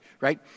right